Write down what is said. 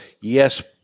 yes